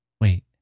wait